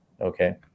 Okay